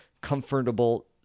comfortable